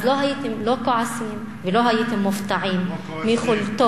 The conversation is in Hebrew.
אז לא הייתם כועסים ולא הייתם מופתעים מיכולתו